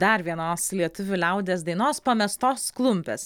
dar vienos lietuvių liaudies dainos pamestos klumpės